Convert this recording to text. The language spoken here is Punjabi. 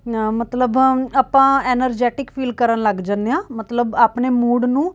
ਨ ਮਤਲਬ ਆਪਾਂ ਐਨਰਜੈਟਿਕ ਫੀਲ ਕਰਨ ਲੱਗ ਜਾਂਦੇ ਹਾਂ ਮਤਲਬ ਆਪਣੇ ਮੂਡ ਨੂੰ